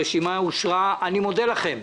הצבעה בעד, רוב נגד, נמנעים,